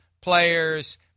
players